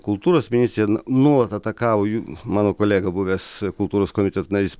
kultūros ministrę nuolat atakavo mano kolega buvęs kultūros komiteto narys